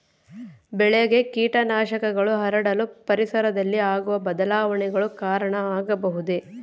ಬೆಳೆಗೆ ಕೇಟನಾಶಕಗಳು ಹರಡಲು ಪರಿಸರದಲ್ಲಿ ಆಗುವ ಬದಲಾವಣೆಗಳು ಕಾರಣ ಆಗಬಹುದೇ?